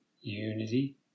unity